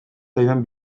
zaidan